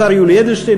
השר יולי אדלשטיין,